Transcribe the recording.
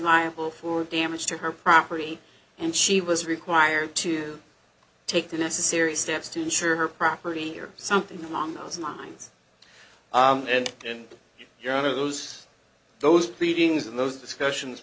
liable for damage to her property and she was required to take the necessary steps to ensure her property or something along those lines and in your honor those those pleadings and those discussions